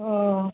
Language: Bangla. ওহ